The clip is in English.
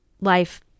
Life